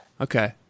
Okay